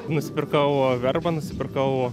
nusipirkau verbą nusipirkau